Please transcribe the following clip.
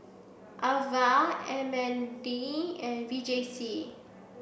Ava M N D and V J C